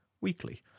weekly